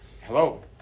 Hello